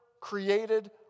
created